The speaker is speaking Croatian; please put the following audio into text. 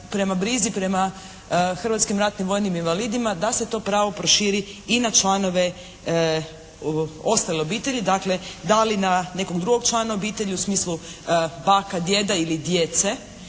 prema brizi, prema hrvatskim ratnim vojnim invalidima da se to pravo proširi i na članove ostale obitelji. Dakle da li na nekog drugog člana obitelji u smislu baka, djeda ili djece